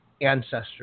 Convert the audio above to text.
ancestors